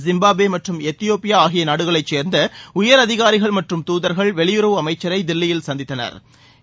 Zimbabwe மற்றும் Ethiopia ஆகிய நாடுகளைச் சேர்ந்த உயர் அதிகாரிகள் மற்றும் தூதர்கள் வெளியுறவு அமைச்சர் திரு ஜெய்சங்கர் தில்லியில் சந்தித்தினர்